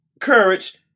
courage